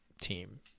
team